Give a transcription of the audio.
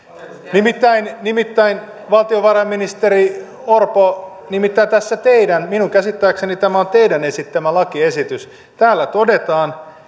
nimittäin nimittäin valtiovarainministeri orpo tässä teidän esityksessänne minun käsittääkseni tämä on teidän esittämänne lakiesitys todetaan